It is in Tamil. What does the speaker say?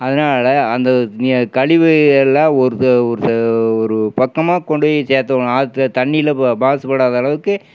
அதனால அந்த கழிவு எல்லாம் ஒரு ஒரு ஒரு பக்கமாக கொண்டு போய் சேர்த்தோனா ஆற்றுல தண்ணில மாசு படாத அளவுக்கு